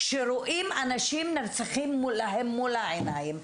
שרואים אנשים נרצחים להם מול העיניים.